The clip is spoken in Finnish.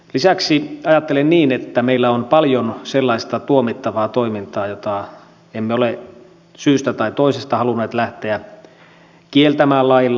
lisäksi ajattelen niin että meillä on paljon sellaista tuomittavaa toimintaa jota emme ole syystä tai toisesta halunneet lähteä kieltämään lailla